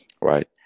right